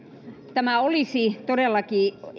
tämä olisi todellakin